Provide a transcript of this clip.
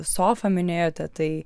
sofą minėjote tai